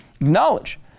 acknowledge